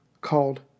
called